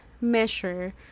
measure